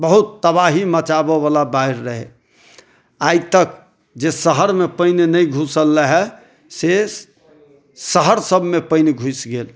बहुत तबाही मचाबऽ बला बाढ़ि रहय आइ तक जे शहर मे पनि नहि घुसल रहय से शहर सबमे पानि घुसि गेल